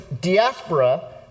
diaspora